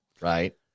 right